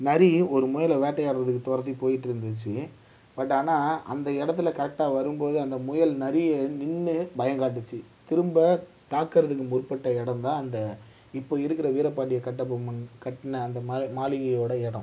நரி ஒரு முயலை வேட்டையாடுகிறதுக்கு துரத்தி போய்ட்டு இருந்துச்சு பட் ஆனால் அந்த இடத்துல கரெக்டா வரும்போது அந்த முயல் நரியை நின்று பயங்காட்டுச்சு திரும்ப தாக்குகிறதுக்கு முற்பட்ட இடந்தான் அந்த இப்போது இருக்கிற வீர பாண்டிய கட்டபொம்மன் கட்டின அந்த மாளிகையோடய இடம்